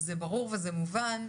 זה ברור וזה מובן,